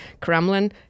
Kremlin